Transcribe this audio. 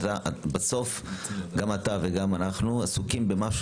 בסוף גם אתה וגם אנחנו עסוקים במשהו